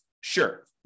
Sure